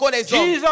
Jesus